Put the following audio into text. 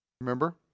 Remember